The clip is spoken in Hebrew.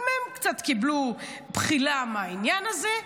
גם הם קצת קיבלו בחילה מהעניין הזה.